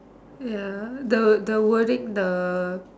ya the the wording the